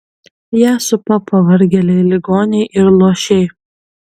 ją supa pavargėliai ligoniai ir luošiai